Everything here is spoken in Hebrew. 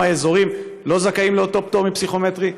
האזורים לא זכאים לאותו פטור מפסיכומטרי?